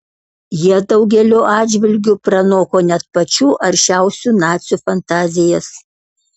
jie daugeliu atžvilgių pranoko net pačių aršiausių nacių fantazijas